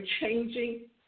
changing